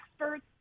experts